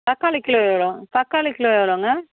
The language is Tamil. தக்காளி கிலோ எவ்வளோ தக்காளி கிலோ எவ்வளோங்க